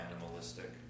animalistic